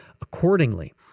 accordingly